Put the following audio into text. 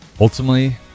Ultimately